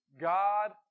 God